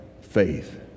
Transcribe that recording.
faith